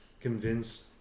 convinced